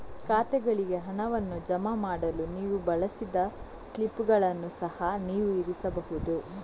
ಖಾತೆಗಳಿಗೆ ಹಣವನ್ನು ಜಮಾ ಮಾಡಲು ನೀವು ಬಳಸಿದ ಸ್ಲಿಪ್ಪುಗಳನ್ನು ಸಹ ನೀವು ಇರಿಸಬಹುದು